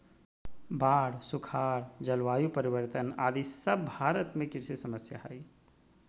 बाढ़, सुखाड़, जलवायु परिवर्तन आदि सब भारत में कृषि समस्या हय